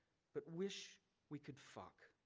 but wish we could fuck